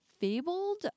fabled